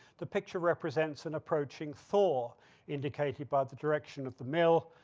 the picture represents an approaching thaw indicated by the direction of the mill,